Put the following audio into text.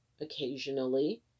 occasionally